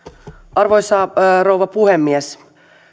arvoisa rouva puhemies